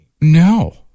No